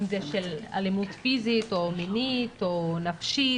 אם זה של אלימות פיזית או מינית או נפשית